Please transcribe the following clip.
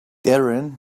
darren